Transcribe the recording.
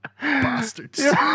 bastards